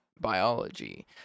biology